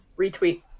Retweet